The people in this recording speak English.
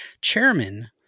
chairman